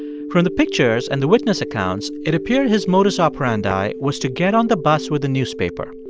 from the pictures and the witness accounts, it appeared his modus operandi was to get on the bus with a newspaper.